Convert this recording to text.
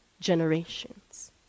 generations